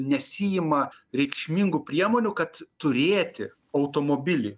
nesiima reikšmingų priemonių kad turėti automobilį